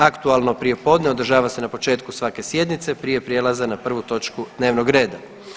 Aktualno prijepodne održava se na početku svake sjednice prije prijelaza na prvu točku dnevnog reda.